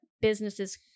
businesses